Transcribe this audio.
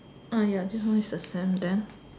ah ya this one is the sand then